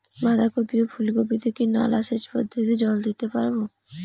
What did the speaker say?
বাধা কপি ও ফুল কপি তে কি নালা সেচ পদ্ধতিতে জল দিতে পারবো?